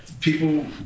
people